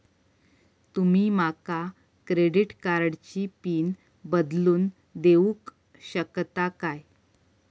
तुमी माका क्रेडिट कार्डची पिन बदलून देऊक शकता काय?